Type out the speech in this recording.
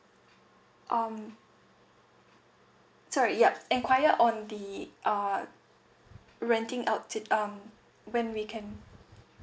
um sorry yup enquire on the uh renting out it um when we can